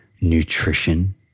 nutrition